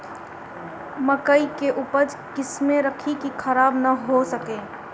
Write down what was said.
मकई के उपज कइसे रखी की खराब न हो सके?